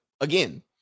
again